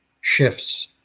shifts